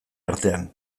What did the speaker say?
artean